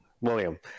william